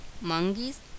Monkey's